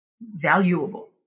valuable